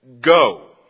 go